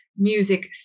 Music